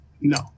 No